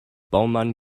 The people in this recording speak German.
baumann